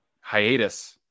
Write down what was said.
hiatus